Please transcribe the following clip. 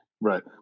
Right